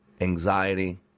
anxiety